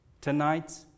Tonight